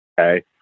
okay